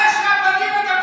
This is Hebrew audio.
שום רב לא איתך.